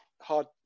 hard